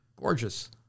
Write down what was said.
gorgeous